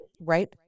right